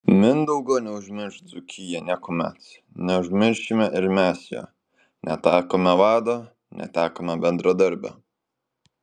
mindaugo neužmirš dzūkija niekuomet neužmiršime ir mes jo netekome vado netekome bendradarbio